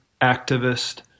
activist